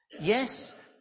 Yes